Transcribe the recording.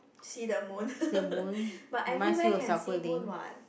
see the moon but everywhere can see moon what